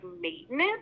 maintenance